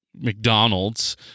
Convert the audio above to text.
McDonald's